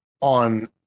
on